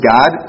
God